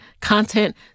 content